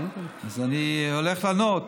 אז אני הולך לענות.